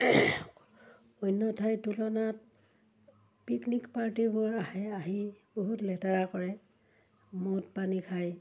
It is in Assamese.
অন্য ঠাইৰ তুলনাত পিকনিক পাৰ্টীবোৰ আহে আহি বহুত লেতেৰা কৰে মদ পানী খায়